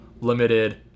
Limited